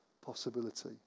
possibility